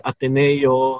Ateneo